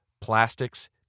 plastics